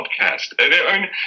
podcast